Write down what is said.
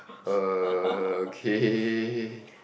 okay